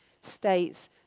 states